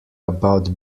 about